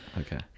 okay